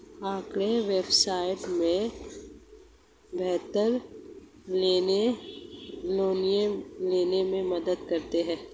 आँकड़े व्यवसाय में बेहतर निर्णय लेने में मदद करते हैं